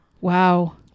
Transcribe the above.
Wow